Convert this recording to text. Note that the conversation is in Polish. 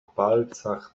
palcach